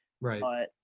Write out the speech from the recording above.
Right